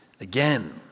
again